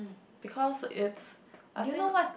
because it's I think